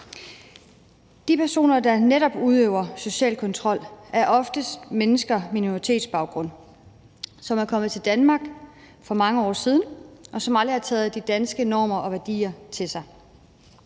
De personer, der netop udøver social kontrol, er oftest mennesker med minoritetsbaggrund, som er kommet til Danmark for mange år siden, og som aldrig har taget de danske normer og værdier til sig.